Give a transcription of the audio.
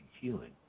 healing